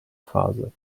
phase